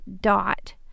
dot